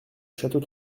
château